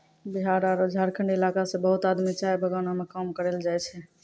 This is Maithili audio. बिहार आरो झारखंड इलाका सॅ बहुत आदमी चाय बगानों मॅ काम करै ल जाय छै